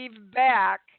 back